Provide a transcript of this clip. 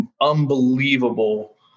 unbelievable